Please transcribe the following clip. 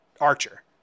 Archer